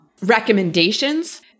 recommendations